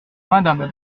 madame